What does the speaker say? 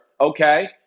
okay